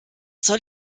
soll